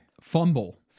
Fumble